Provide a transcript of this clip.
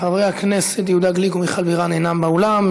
חברי הכנסת יהודה גליק ומיכל בירן, אינם באולם.